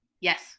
Yes